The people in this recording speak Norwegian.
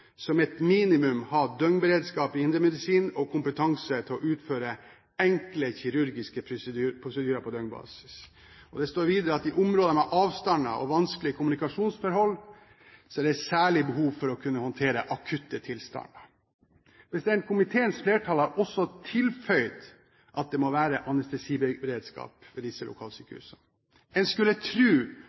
som et minimum ha døgnberedskap i indremedisin og kompetanse til å utføre enkle kirurgiske prosedyrer på døgnbasis. Det står videre at i områder med lange avstander og vanskelige kommunikasjonsforhold er det et særlig behov for å kunne håndtere akutte tilstander. Komiteens flertall har også tilføyet at det må være anestesiberedskap ved disse lokalsykehusene. En skulle